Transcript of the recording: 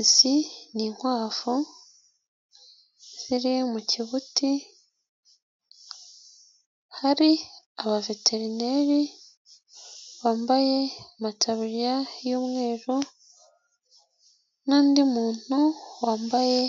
Izi ni inkwavu ziri mu kibuti, hari abaveterineri bambaye amataruriya y'umweru n'undi muntu wambaye